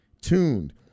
tuned